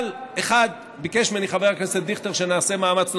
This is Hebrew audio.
אבל ביקש ממני חבר הכנסת דיכטר שנעשה מאמץ נוסף.